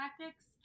tactics